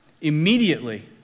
Immediately